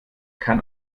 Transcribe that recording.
kann